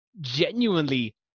genuinely